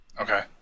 Okay